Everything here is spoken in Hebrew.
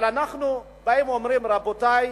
אבל אנחנו באים ואומרים: רבותי,